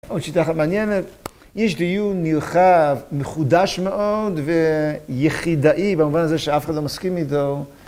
עוד שיטה אחת מעניינת, יש דיון נרחב מחודש מאוד ויחידאי, במובן הזה שאף אחד לא מסכים איתו.